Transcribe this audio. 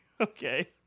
okay